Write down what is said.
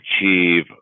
achieve